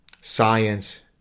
science